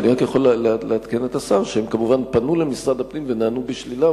אני רק יכול לעדכן את השר שהם כמובן פנו למשרד הפנים ונענו בשלילה,